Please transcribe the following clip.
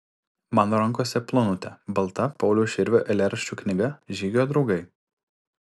mano rankose plonutė balta pauliaus širvio eilėraščių knyga žygio draugai